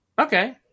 Okay